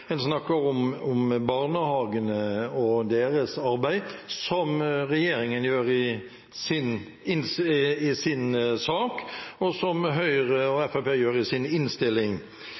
en snakker om barnehagene og deres arbeid – som regjeringen gjør i sin sak, og som Høyre og Fremskrittspartiet gjør i